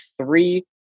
three